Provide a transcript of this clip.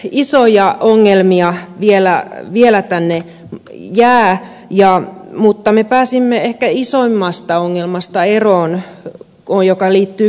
isoja ongelmia vielä tänne jää mutta me pääsimme ehkä eroon isoimmasta ongelmasta joka liittyy korvauskysymyksiin